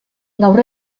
gaur